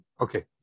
Okay